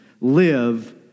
live